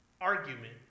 argument